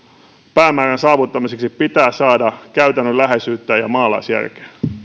päämäärän saavuttamiseksi pitää saada käytännönläheisyyttä ja maalaisjärkeä